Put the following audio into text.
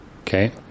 Okay